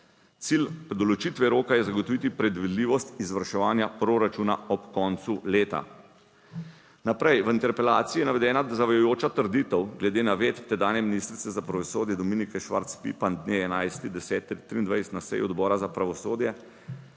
Cilj določitve roka je zagotoviti predvidljivost izvrševanja proračuna ob koncu leta. Naprej v interpelaciji navedena zavajajoča trditev glede navedb tedanje ministrice za pravosodje Dominike Švarc Pipan, dne 11. deseti 23 na seji Odbora za pravosodje.